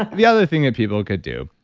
the other thing that people could do